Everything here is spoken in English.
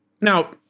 now